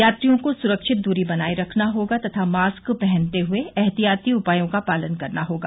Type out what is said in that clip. यात्रियों को सुरक्षित दूरी बनाए रखना होगा तथा मास्क पहनते हुए एहतियाती उपायों का पालन करना होगा